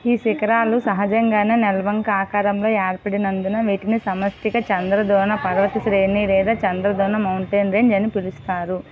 ఈ శిఖరాలు సహజంగానే నెలవంక ఆకారంలో ఏర్పడినందున వీటిని సమష్టిగా చంద్రద్రోణ పర్వత శ్రేణి లేదా చంద్రద్రోణ మౌంటేన్ రేంజ్ అని పిలుస్తారు